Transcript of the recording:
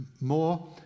more